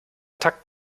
takt